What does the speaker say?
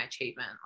achievement